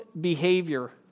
behavior